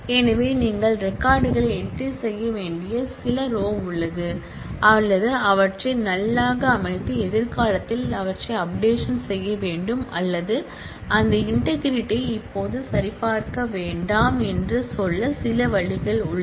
எனவே நீங்கள் ரெக்கார்ட் களை என்ட்ரி செய்ய வேண்டிய சில ரோ உள்ளது அல்லது அவற்றை நல்மாக அமைத்து எதிர்காலத்தில் அவற்றை அப்டேஷன் செய்ய வேண்டும் அல்லது இந்த இன்டெக்ரிடி ஐ இப்போது சரிபார்க்க வேண்டாம் என்று சொல்ல சில வழிகள் உள்ளன